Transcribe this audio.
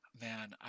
Man